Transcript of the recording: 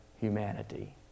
humanity